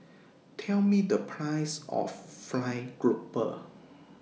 Tell Me The Price of Fried Grouper